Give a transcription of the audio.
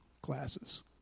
classes